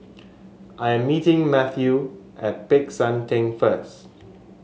I'm meeting Mateo at Peck San Theng first